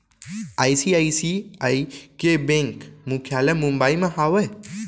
ICICI के bank मुख्यालय मुंबई म हावय